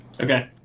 Okay